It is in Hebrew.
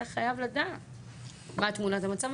אתה חייב לדעת מה תמונת המצב.